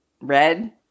red